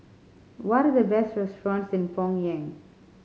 what the best restaurants in Pyongyang